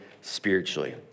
spiritually